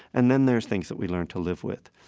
and then there's things that we learn to live with.